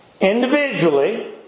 individually